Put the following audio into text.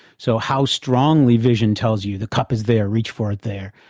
so how strongly vision tells you, the cup is there, reach for it there',